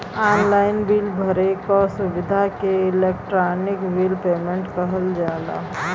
online bill भरे क सुविधा के इलेक्ट्रानिक बिल पेमेन्ट कहल जाला